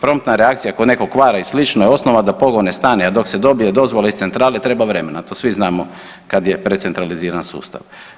Promptna reakcija kod nekog kvara i slično je osnova da pogon ne stane, a dok se dobije dozvola iz centrale, treba vremena, to svi znamo kad je precentraliziran sustav.